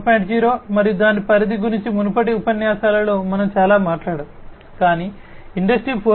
0 మరియు దాని పరిధి గురించి మునుపటి ఉపన్యాసాలలో మనం చాలా మాట్లాడాము కాని ఇండస్ట్రీ 4